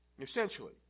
essentially